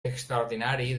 extraordinari